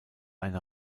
eine